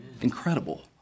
Incredible